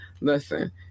Listen